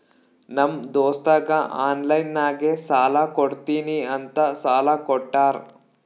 ನಮ್ ದೋಸ್ತಗ ಆನ್ಲೈನ್ ನಾಗೆ ಸಾಲಾ ಕೊಡ್ತೀನಿ ಅಂತ ಸಾಲಾ ಕೋಟ್ಟಾರ್